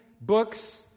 books